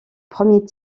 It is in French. premier